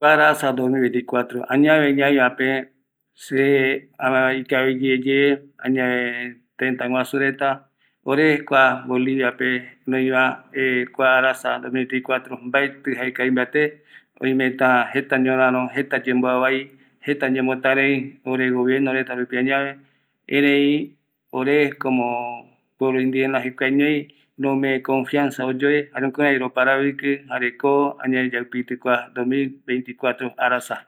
Mokoi eta mokoipa irundɨpe jaeko yae yaupitɨtapako hasta araëtɨre yae tumpa ipɨaguaju ipɨakavi yande ndie jare ome tekove yande yae jaeko yaupitɨyeta kua iru arasa yae yande yeɨpe paraete